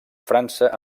frança